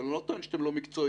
אני לא טוען שאתם לא מקצועיים.